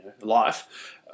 life